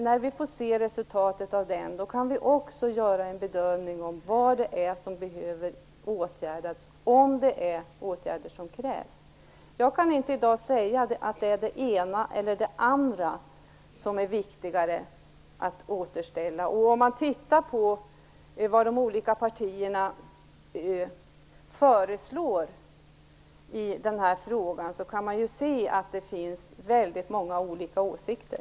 När vi får se resultatet av den kan vi också göra en bedömning av vad som behöver åtgärdas, om det är åtgärder som krävs. Jag kan inte i dag säga att det är det ena eller det andra som är viktigare att återställa. Om man tittar på vad de olika partierna föreslår i den här frågan kan man se att det finns väldigt många olika åsikter.